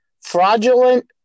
fraudulent